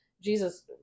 Jesus